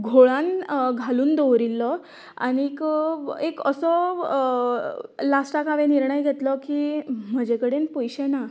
घोळान घालून दवरिल्लो आनीक एक असो लास्टाक हांवेन निर्णय घेतलो की म्हजे कडेन पयशें ना